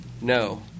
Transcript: no